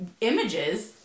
images